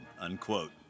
unquote